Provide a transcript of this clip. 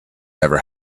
never